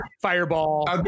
Fireball